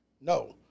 No